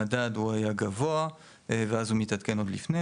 המדד הוא היה גבוה ואז הוא מתעדכן עוד לפני,